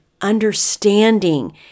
understanding